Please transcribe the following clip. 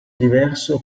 diverso